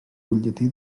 butlletí